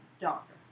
doctor